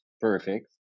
perfect